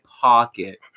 pocket